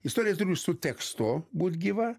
istorija turi su tekstu būt gyva